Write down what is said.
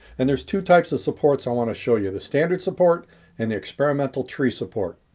and there's two types of supports i want to show you. the standard support and the experimental tree support.